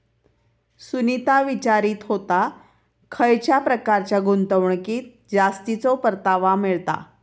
सुनीता विचारीत होता, खयच्या प्रकारच्या गुंतवणुकीत जास्तीचो परतावा मिळता?